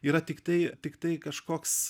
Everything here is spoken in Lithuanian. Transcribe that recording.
yra tiktai tiktai kažkoks